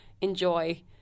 enjoy